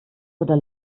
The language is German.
oder